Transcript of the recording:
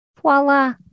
voila